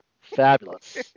Fabulous